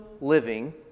living